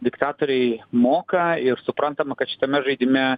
diktatoriai moka ir suprantama kad šitame žaidime